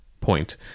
point